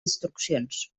instruccions